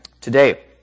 today